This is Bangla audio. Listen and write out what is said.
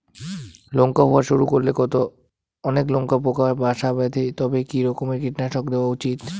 লঙ্কা হওয়া শুরু করলে অনেক লঙ্কায় পোকা বাসা বাঁধে তবে কি রকমের কীটনাশক দেওয়া উচিৎ?